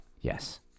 Yes